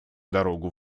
дорогу